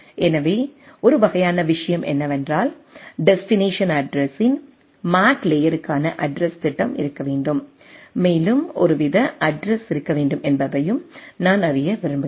எனவே ஒரு வகையான விஷயம் என்னவென்றால் டெஸ்டினேஷன் அட்ரஸ்ஸின் மேக் லேயருக்கான அட்ரஸ்த் திட்டம் இருக்க வேண்டும் மேலும் ஒருவித அட்ரஸ் இருக்க வேண்டும் என்பதையும் நான் அறிய விரும்புகிறேன்